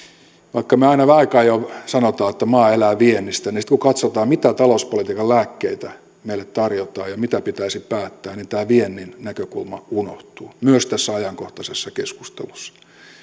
vaikka me aika ajoin sanomme että maa elää viennistä kun katsotaan mitä talouspolitiikan lääkkeitä meille tarjotaan ja mitä pitäisi päättää tämä viennin näkökulma unohtuu myös tässä ajankohtaisessa keskustelussa